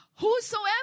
Whosoever